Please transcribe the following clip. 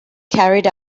carried